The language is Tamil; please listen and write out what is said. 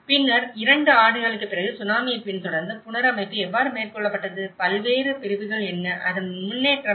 பின்னர் 2 ஆண்டுகளுக்குப் பிறகு சுனாமியைப் பின்தொடர்ந்து புனரமைப்பு எவ்வாறு மேற்கொள்ளப்பட்டது பல்வேறு பிரிவுகள் என்ன அதன் முன்னேற்றம் என்ன